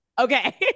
Okay